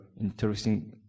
interesting